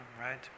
right